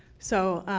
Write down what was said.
so,